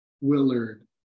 Willard